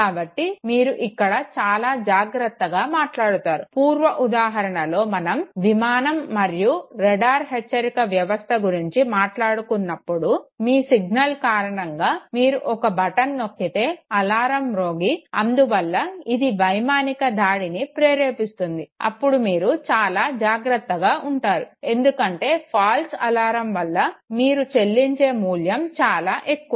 కాబట్టి మీరు ఇక్కడ చాలా జాగ్రతగా మాట్లాడుతారు పూర్వ ఉదాహరణలో మనం విమానం మరియు రాడార్ హెచ్చరిక వ్యవస్థ గురించి మాట్లాడుకున్నప్పుడు మీ సిగ్నల్ కారణంగా మీరు ఒక బటన్ నొక్కితే అలారం మ్రోగి అందువల్ల ఇది వైమానిక దాడిని ప్రేరేపిస్తుంది అప్పుడు మీరు చాలా జాగ్రతగా ఉంటారు ఎందుకంటే ఫాల్స్ అలారం వల్ల మీరు చెల్లించే మూల్యం చాలా ఎక్కువ